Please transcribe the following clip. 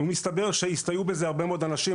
מסתבר שהסתייעו בזה הרבה מאוד אנשים.